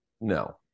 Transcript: No